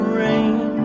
rain